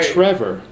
Trevor